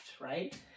Right